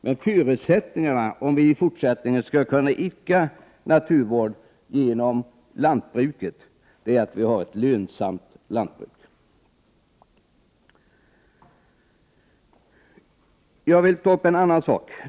Men förutsättningarna för att vi i fortsättningen skall kunna idka naturvård genom lantbruket är att vi har ett lönsamt lantbruk. Jag vill ta upp en annan sak.